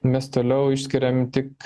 mes toliau išskiriam tik